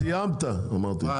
הבא